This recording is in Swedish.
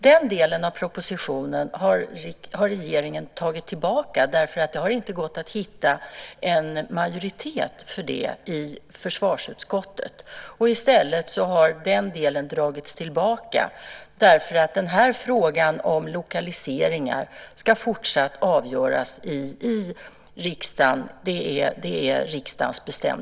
Den delen av propositionen har regeringen tagit tillbaka eftersom det inte har gått att hitta en majoritet för den i försvarsutskottet. Det är riksdagens bestämda vilja att den här frågan om lokaliseringar fortsatt ska avgöras av riksdagen.